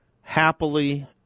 happily